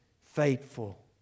faithful